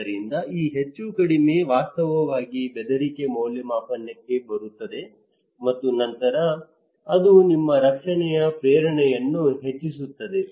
ಆದ್ದರಿಂದ ಈ ಹೆಚ್ಚುಕಡಿಮೆ ವಾಸ್ತವವಾಗಿ ಬೆದರಿಕೆ ಮೌಲ್ಯಮಾಪನಕ್ಕೆ ಬರುತ್ತದೆ ಮತ್ತು ನಂತರ ಅದು ನಿಮ್ಮ ರಕ್ಷಣೆಯ ಪ್ರೇರಣೆಯನ್ನು ಹೆಚ್ಚಿಸುತ್ತಿದೆ